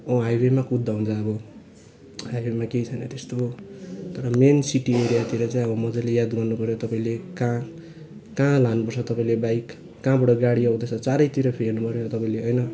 हो हाइवेमा कुद्दा हुन्छ अब हाइवेमा केही छैन त्यस्तो तर मेन सिटी एरियातिर चाहिँ अब मज्जाले याद गर्नु पऱ्यो तपाईँले कहाँ कहाँ लानुपर्छ तपाईँले बाइक कहाँबाट गाडी आउँदैछ चारैतिर फे हेर्नु पऱ्यो तपाईँले होइन